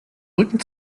rücken